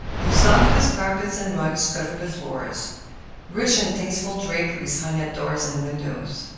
the softest carpets and rugs covered the floors rich and tasteful draperies hung at doors and windows.